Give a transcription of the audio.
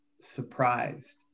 surprised